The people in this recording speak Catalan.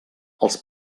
els